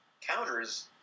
counters